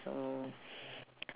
so